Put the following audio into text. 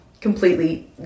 completely